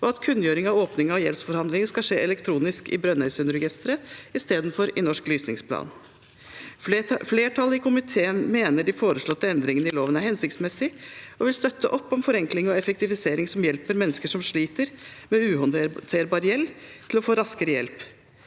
og at kunngjøring av åpning av gjeldsforhandlinger skal skje elektronisk i Brønnøysundregisteret, i stedet for i Norsk lysingsblad. Flertallet i komiteen mener de foreslåtte endringene i loven er hensiktsmessige og vil støtte opp om forenkling og effektivisering som hjelper mennesker som sliter med uhåndterbar gjeld, til raskere å få hjelp.